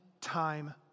time